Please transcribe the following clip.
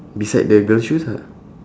beside the girl shoes ah